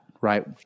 right